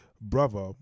brother